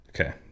Okay